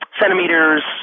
centimeters